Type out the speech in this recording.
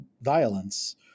violence